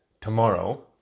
tomorrow